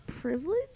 Privilege